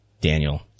Daniel